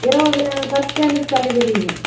இருபது பர்சென்ட்டு தள்ளுபடிங்க